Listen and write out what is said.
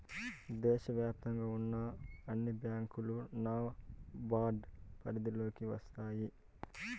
దేశ వ్యాప్తంగా ఉన్న అన్ని బ్యాంకులు నాబార్డ్ పరిధిలోకి వస్తాయి